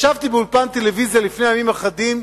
ישבתי באולפן טלוויזיה לפני ימים אחדים,